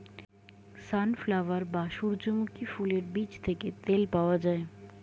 sunflower বা সূর্যমুখী ফুলের বীজ থেকে তেল পাওয়া যায়